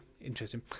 interesting